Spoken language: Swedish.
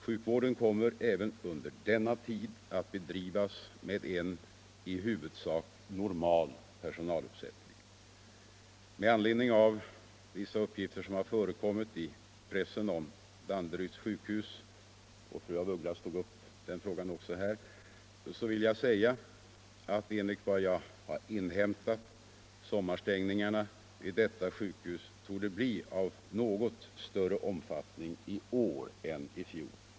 Sjukvården kommer även under sommaren att bedrivas med en i huvudsak normal personaluppsättning. Med anledning av vissa uppgifter som har förekommit i pressen om Danderyds sjukhus — den frågan togs också upp av fru af Ugglas — kan jag säga att enligt vad jag inhämtat sommarstängningarna vid detta sjukhus torde bli av något större omfattning i år än i fjol.